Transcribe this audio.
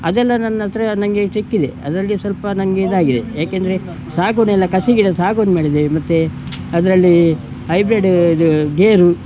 ಅದನ್ನೆಲ್ಲ ನನ್ನ ಹತ್ರ ನನಗೆ ಸಿಕ್ಕಿದೆ ಅದರಲ್ಲಿ ಸ್ವಲ್ಪ ನನಗೆ ಇದಾಗಿದೆ ಯಾಕೆಂದರೆ ಸಾಗುನೆಲ್ಲ ಕಷಿ ಗಿಡದ ಸಾಗುನ ಮಾಡಿದ್ದೇವೆ ಮತ್ತೆ ಅದರಲ್ಲಿ ಹೈಬ್ರೀಡ್ ಇದು ಗೇರು